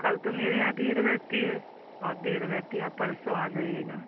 कल तो मेरे यहाँ भीड़ रहती है बहुत भीड़ रहती है आप परसों आ जाईएगा